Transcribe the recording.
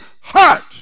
heart